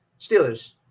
Steelers